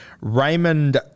Raymond